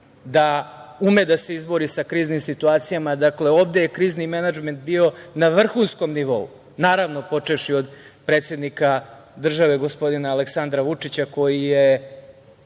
da ume da se izbori sa kriznim situacijama. Dakle, ovde je krizni menadžment bio na vrhunskom nivou, naravno, počevši od predsednika države, gospodina Aleksandra Vučića, koji je